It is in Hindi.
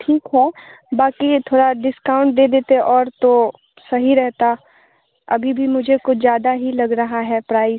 ठीक है बाकी थोड़ा डिस्काउंट दे देते और तो सही रहता अभी भी मुझे कुछ ज़्यादा ही लग रहा है प्राइस